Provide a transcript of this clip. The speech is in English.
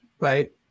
Right